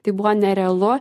tai buvo nerealu